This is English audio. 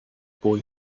boy